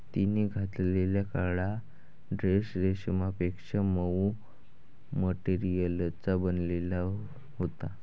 तिने घातलेला काळा ड्रेस रेशमापेक्षा मऊ मटेरियलचा बनलेला होता